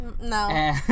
No